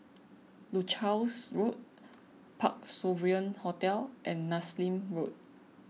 Leuchars Road Parc Sovereign Hotel and Nassim Road